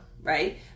right